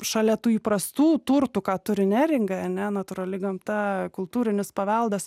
šalia tų įprastų turtų ką turi neringa ane natūrali gamta kultūrinis paveldas